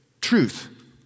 truth